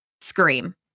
Scream